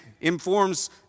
informs